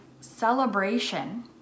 Celebration